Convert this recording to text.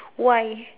why